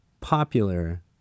popular